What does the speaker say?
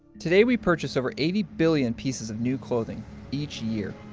today we purchase over eighty billion pieces of new clothing each year.